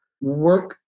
work